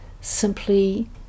simply